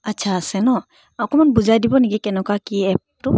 আচ্ছা আছে ন অকণমান বুজাই দিব নেকি কেনেকুৱা কি এপটো